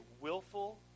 willful